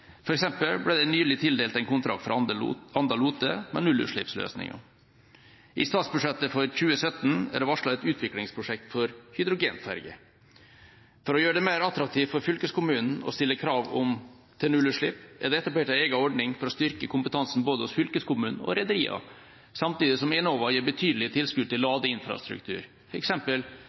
ble f.eks. nylig tildelt en kontrakt fra Anda-Lote, med nullutslippsløsninger. I statsbudsjettet for 2017 er det varslet et utviklingsprosjekt for hydrogenferge. For å gjøre det mer attraktivt for fylkeskommunen å stille krav om nullutslipp er det etablert en egen ordning for å styrke kompetansen hos både fylkeskommunen og rederiene, samtidig som Enova gir betydelige tilskudd til